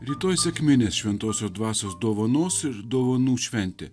rytoj sekminės šventosios dvasios dovanos ir dovanų šventė